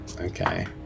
Okay